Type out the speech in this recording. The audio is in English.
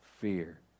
fear